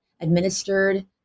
administered